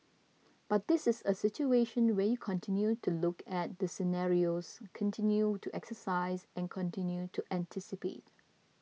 but this is a situation where you continue to look at the scenarios continue to exercise and continue to anticipate